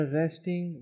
resting